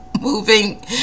moving